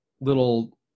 little